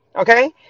okay